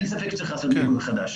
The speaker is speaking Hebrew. אין ספק שצריך לעשות מיפוי חדש.